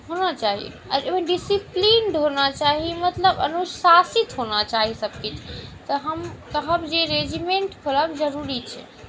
होना चाही आ ओहिमे डिसिप्लिन्ड होना चाही मतलब अनुशासित होना चाही सभ किछु तऽ हम कहब जे रेजीमेण्ट खोलब जरुरी छै